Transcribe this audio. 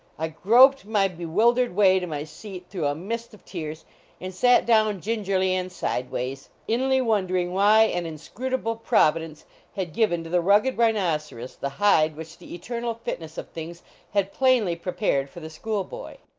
i groped my be wildered way to my seat through a mist of tears and sat down gingerly and sideways, inly wondering why an inscrutable providence had given to the rugged rhinoceros the hide which the eternal fitness of things had plainly prepared for the school-boy.